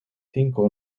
cinco